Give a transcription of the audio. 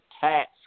tax